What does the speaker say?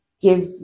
give